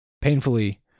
Painfully